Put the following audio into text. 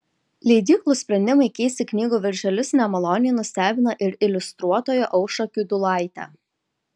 leidyklų sprendimai keisti knygų viršelius nemaloniai nustebina ir iliustruotoją aušrą kiudulaitę